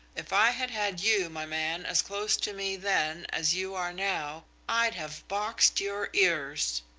if i had had you, my man, as close to me then as you are now, i'd have boxed your ears.